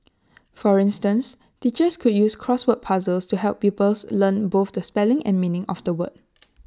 for instance teachers could use crossword puzzles to help pupils learn both the spelling and the meaning of A word